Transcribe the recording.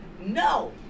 No